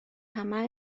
همه